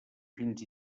fins